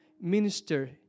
minister